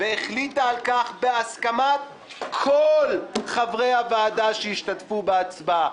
והחליטה על כך בהסכמת כל חברי הוועדה שהשתתפו בהצבעה"